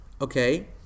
Okay